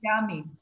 Yummy